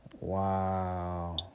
Wow